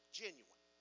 genuine